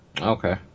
Okay